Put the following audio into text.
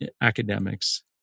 academics